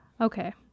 Okay